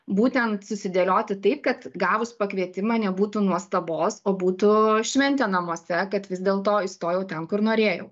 būtent susidėlioti taip kad gavus pakvietimą nebūtų nuostabos o būtų šventė namuose kad vis dėl to įstojau ten kur norėjau